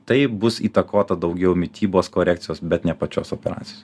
tai bus įtakota daugiau mitybos korekcijos bet ne pačios operacijos